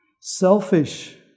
Selfish